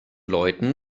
leuten